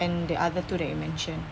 and the other two that you mentioned